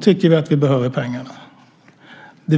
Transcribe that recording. tycker vi att vi behöver pengarna.